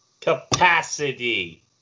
capacity